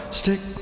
stick